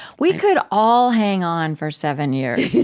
we could all hang on for seven years